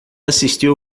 assistiu